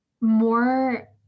more